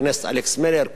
שכל הזמן מדבר,